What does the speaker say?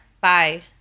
Bye